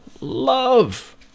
Love